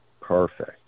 Perfect